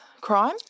crime